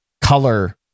color